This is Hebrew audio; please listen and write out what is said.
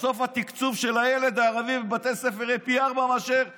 בסוף התקצוב של הילד הערבי בבית ספר יהיה פי ארבעה משל היהודי,